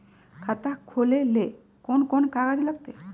खाता खोले ले कौन कौन कागज लगतै?